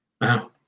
Wow